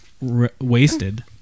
Wasted